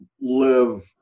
live